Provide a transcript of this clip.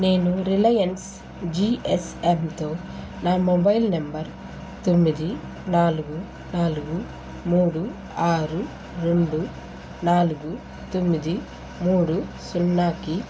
నేను రిలయన్స్ జీఎస్ఎమ్తో నా మొబైల్ నంబర్ తొమ్మిది నాలుగు నాలుగు మూడు ఆరు రెండు నాలుగు తొమ్మిది మూడు సున్నాకి